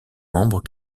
membres